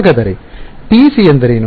ಹಾಗಾದರೆ PEC ಎಂದರೇನು